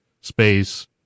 space